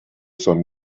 some